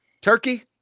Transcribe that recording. Turkey